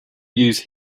use